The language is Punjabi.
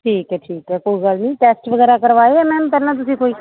ਠੀਕ ਹੈ ਠੀਕ ਹੈ ਕੋਈ ਗੱਲ ਨਹੀਂ ਟੈਸਟ ਵਗੈਰਾ ਕਰਵਾਏ ਵੇ ਮੈਮ ਪਹਿਲਾਂ ਤੁਸੀਂ ਕੋਈ